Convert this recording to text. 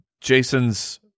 Jason's